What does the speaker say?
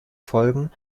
folgen